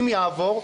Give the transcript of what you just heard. אם יעבור,